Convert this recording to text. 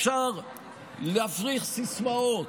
אפשר להפריח סיסמאות,